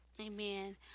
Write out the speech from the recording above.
amen